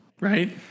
right